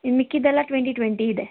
ಇನ್ನು ಮಿಕ್ಕಿದ್ದೆಲ್ಲ twenty twenty ಇದೆ